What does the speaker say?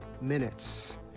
minutes